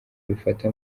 bifata